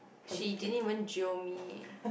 she didn't even jio me